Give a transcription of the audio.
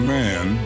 man